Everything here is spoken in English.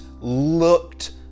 looked